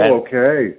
okay